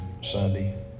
Sunday